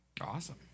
Awesome